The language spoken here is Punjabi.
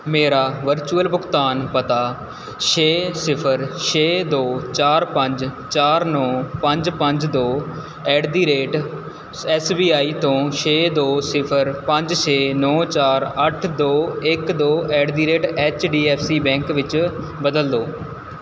ਮੇਰਾ ਵਰਚੁਅਲ ਭੁਗਤਾਨ ਪਤਾ ਛੇ ਸਿਫਰ ਛੇ ਦੋ ਚਾਰ ਪੰਜ ਚਾਰ ਨੌਂ ਪੰਜ ਪੰਜ ਦੋ ਐਟ ਦੀ ਰੇਟ ਸ ਐੱਸ ਬੀ ਆਈ ਤੋਂ ਛੇ ਦੋ ਸਿਫਰ ਪੰਜ ਛੇ ਨੌਂ ਚਾਰ ਅੱਠ ਦੋ ਇੱਕ ਦੋ at the rate H D F C bank ਵਿੱਚ ਬਦਲ ਦਿਓ